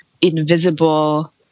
invisible